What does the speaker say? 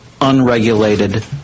unregulated